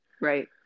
Right